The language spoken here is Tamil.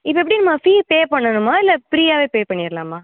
இது எப்படி நம்ம ஃபீ பே பண்ணணுமா இல்லை ஃப்ரீயாகவே பே பண்ணிடலாமா